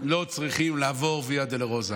לא צריכים לעבור ויה דולורוזה,